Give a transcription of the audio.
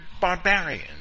barbarians